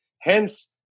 Hence